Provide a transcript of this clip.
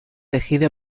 tejido